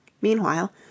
meanwhile